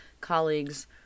colleagues